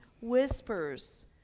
whispers